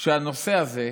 כי לא אכפת להם מהחוק הזה.